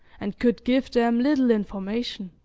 and could give them little information.